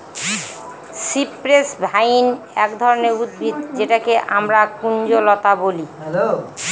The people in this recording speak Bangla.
সিপ্রেস ভাইন এক ধরনের উদ্ভিদ যেটাকে আমরা কুঞ্জলতা বলি